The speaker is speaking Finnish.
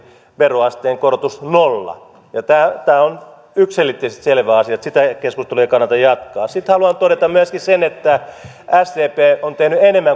veroasteen korotus nolla ja tämä tämä on yksiselitteisesti selvä asia että sitä keskustelua ei kannata jatkaa sitten haluan todeta myöskin sen että sdp on tehnyt enemmän